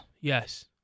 Yes